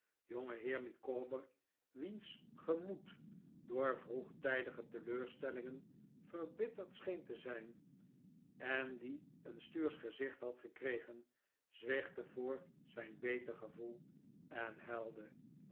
wiens gemoed door vroegtijdige teleurstellingen verbitterd scheen te zijn en die een stuursch gezicht had gekregen zwichtte voor zijn beter gevoel en huilde